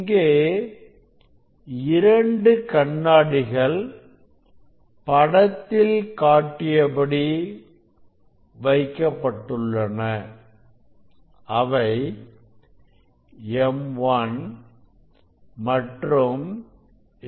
இங்கே இரண்டு கண்ணாடிகள் படத்தில் காட்டியபடி வைக்கப்பட்டுள்ளன அவை M1 மற்றும் M2